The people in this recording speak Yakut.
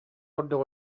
курдук